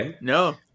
No